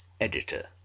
Editor